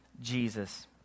Jesus